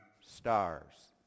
stars